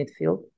midfield